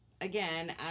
Again